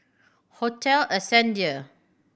Hotel Ascendere